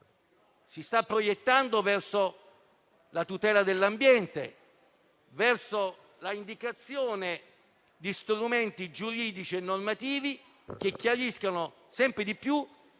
si sta proiettando verso la tutela dell'ambiente, verso l'indicazione di strumenti giuridici e normativi che chiariscano sempre di più